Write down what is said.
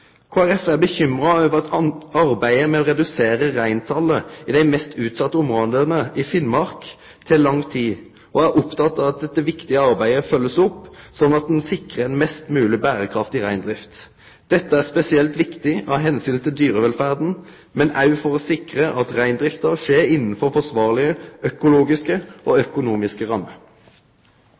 Folkeparti er bekymra over at arbeidet med å redusere reintalet i dei mest utsette områda i Finnmark tek lang tid, og er oppteke av at dette viktige arbeidet blir følgt opp, slik at ein sikrar ei mest mogleg berekraftig reindrift. Dette er spesielt viktig av omsyn til dyrevelferda, men òg for å sikre at reindrifta skjer innanfor forsvarlege økologiske og økonomiske rammer.